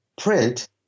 print